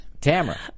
Tamara